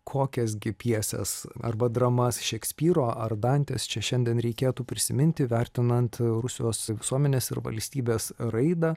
kokias gi pjeses arba dramas šekspyro ar dantės čia šiandien reikėtų prisiminti vertinant rusijos visuomenės ir valstybės raidą